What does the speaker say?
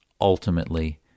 ultimately